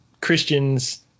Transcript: Christians